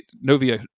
Novia